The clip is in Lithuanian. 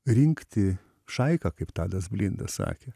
rinkti šaiką kaip tadas blinda sakė